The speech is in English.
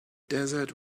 desert